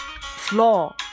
Floor